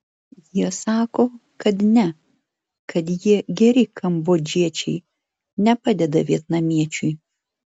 jie sako kad ne kad jie geri kambodžiečiai nepadeda vietnamiečiui